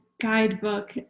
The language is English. guidebook